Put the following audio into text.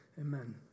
Amen